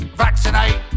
vaccinate